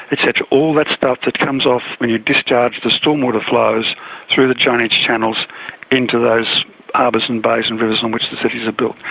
etc, all that stuff that comes off when you discharge the stormwater flows through the drainage channels into those harbours and bays and rivers on which the cities are built,